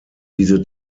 diese